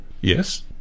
Yes